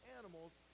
animals